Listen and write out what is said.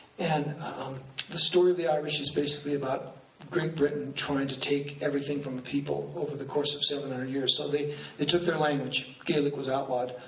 and um the story of the irish is basically about great britain trying to take everything from a people over the course of seven hundred years. so they took their language, gaelic was outlawed.